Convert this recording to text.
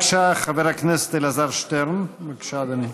חבר הכנסת אלעזר שטרן, בבקשה, אדוני.